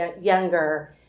younger